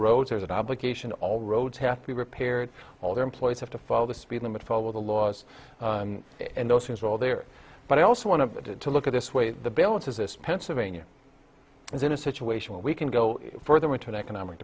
roads are that obligation all roads have to be repaired all their employees have to follow the speed limit follow the laws and those things are all there but i also want to look at this way the balance is this pennsylvania is in a situation where we can go further with an economic